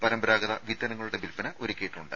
പരമ്പരാഗത വിത്തിനങ്ങളുടെ വില്പന ഒരുക്കിയിട്ടുണ്ട്